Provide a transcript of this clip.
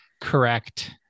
correct